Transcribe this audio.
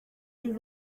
you